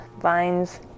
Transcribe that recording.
vines